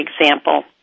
example